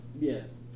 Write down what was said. Yes